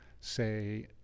say